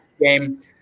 game